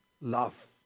Love